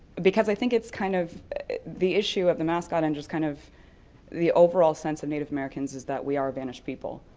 because i think it's kind of the issue of the mascot and just kind of the overall sense of native americans is that we are vanished people.